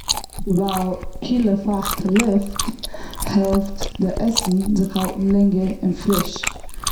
ווייל קילע פייכטע ליפט העלפט די עסן זיך האלטן לענגער און פריש.